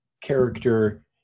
character